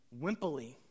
wimpily